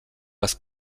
raz